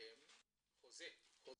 ביטלתם חוזים.